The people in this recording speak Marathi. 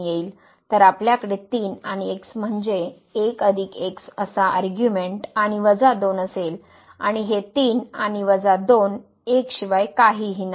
तर आपल्याकडे 3 आणि x म्हणजे 1 x असा आर्ग्युमेंट आणि वजा 2 असेल आणि हे 3 आणि वजा 2 1 शिवाय काहीही नाही